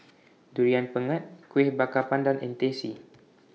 Durian Pengat Kueh Bakar Pandan and Teh C